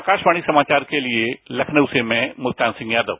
आकाशवाणी समाचार के लिए लखनऊ से में मुल्तान सिंह यादव